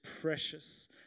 precious